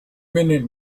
minute